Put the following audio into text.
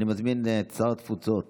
אני מזמין את שר התפוצות